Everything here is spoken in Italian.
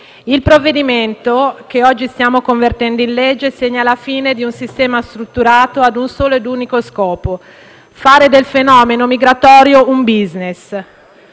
il provvedimento che oggi stiamo convertendo in legge segna la fine di un sistema strutturato a un solo e unico scopo: fare del fenomeno migratorio un *business*.